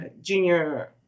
junior